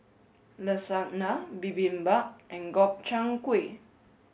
Lasagna Bibimbap and Gobchang Gui